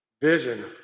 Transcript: vision